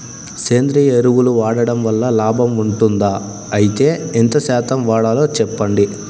సేంద్రియ ఎరువులు వాడడం వల్ల లాభం ఉంటుందా? అయితే ఎంత శాతం వాడాలో చెప్పండి?